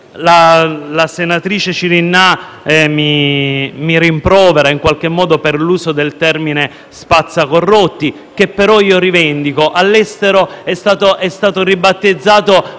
La senatrice Cirinnà mi rimprovera in qualche modo per l'uso del termine «spazzacorrotti», che però io rivendico. All'estero la legge è stata ribattezzata